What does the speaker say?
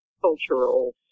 cultural